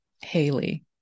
Haley